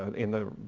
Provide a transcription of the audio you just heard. and in the,